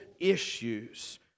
issues